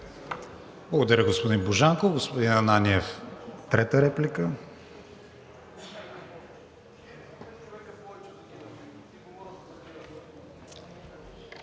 Благодаря, господин Божанков. Господин Ананиев, трета реплика.